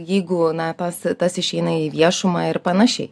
jeigu na pas tas išeina į viešumą ir panašiai